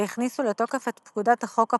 והכניסו לתוקף את פקודת החוק הפלילי,